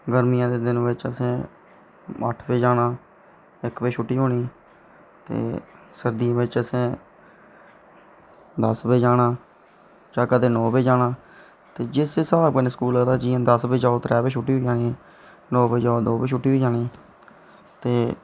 गर्मियें दे दिन बिच्च असैं अट्ठ बजे जाना इक बजे छुट्टी होनी ते सर्दियें बिच्च असें दस बजं जाना कदैं नौ बजे जाना ते जिस हिसाव कन्नै स्कूल लगदा हा दस बजे जाओ त्रै बजे छुट्टी होई जानी नौ बजे जाओ ते दो बजे छुट्टी होई जानी ते